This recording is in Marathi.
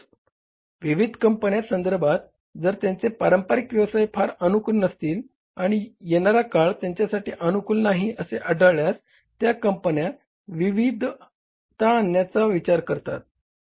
म्हणूनच विविध कंपन्या संधर्भात जर त्यांचे पारंपारिक व्यवसाय फार अनुकूल नसतील आणि येणारा काळा त्यांच्यासाठी अनुकूल नाही असे आढळल्यास त्या कंपन्या विविधता आणण्याचा विचार करतात